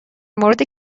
مورد